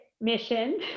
mission